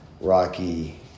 Rocky